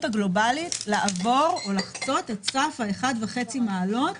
הגלובלית לחצות את סף ה-1.5 מעלות,